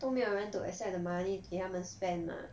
都没有人 to accept the money 给他们 spend mah